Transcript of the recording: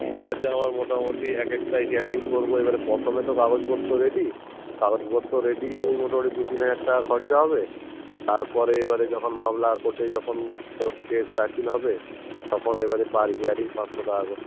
ফিজ আছে আমার মোটামুটি এক একটা হিয়ারিং করব এবারে প্রথমে তো কাগজপত্র রেডি কাগজপত্র রেডি ওই মোটামুটি দু তিনহাজার টাকা খরচা হবে তার পরে এবারে যখন মামলা কোর্টে যখন কেস দাখিল হবে তখন এবারে পার হিয়ারিং পাঁচশো টাকা করে